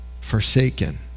forsaken